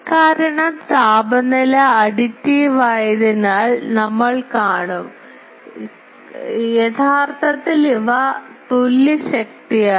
കാരണം താപനില അഡിറ്റീവായതിനാൽ നമ്മൾ കാണും കാരണം യഥാർത്ഥത്തിൽ ഇവ തുല്യ ശക്തിയാണ്